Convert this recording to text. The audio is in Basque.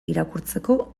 irakurtzeko